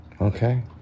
okay